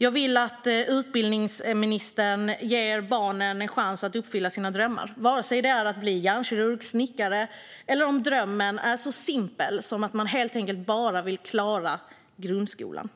Jag vill att utbildningsministern ger barnen en chans att uppfylla sina drömmar, vare sig det är att bli hjärnkirurg, snickare eller om drömmen är så simpel att man helt enkelt bara vill klara grundskolan.